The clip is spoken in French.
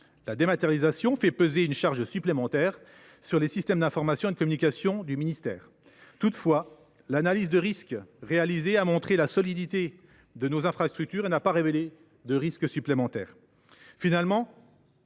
La dématérialisation fait peser une charge supplémentaire sur les systèmes d’information et de communication du ministère. Toutefois, l’analyse des risques réalisée a montré la solidité de nos infrastructures et n’a pas révélé de risque supplémentaire.